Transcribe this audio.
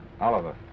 Oliver